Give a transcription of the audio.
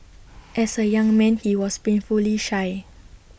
as A young man he was painfully shy